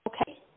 okay